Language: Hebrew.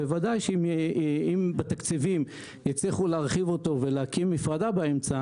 אם בתקציבים יצליחו להרחיב אותו ולהקים מפרדה באמצע,